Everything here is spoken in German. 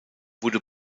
wurde